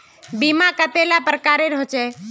बीमा कतेला प्रकारेर होचे?